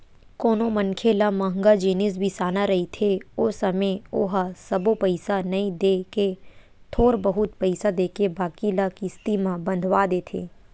कोनो मनखे ल मंहगा जिनिस बिसाना रहिथे ओ समे ओहा सबो पइसा नइ देय के थोर बहुत पइसा देथे बाकी ल किस्ती म बंधवा देथे